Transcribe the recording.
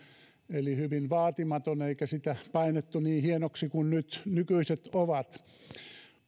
eli hyvin vaatimaton eikä sitä painettu niin hienoksi kuin nykyiset ovat